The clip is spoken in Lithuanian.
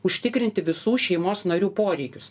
užtikrinti visų šeimos narių poreikius